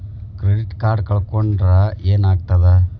Credit card ಕಳ್ಕೊಂಡ್ರ್ ಏನಾಗ್ತದ?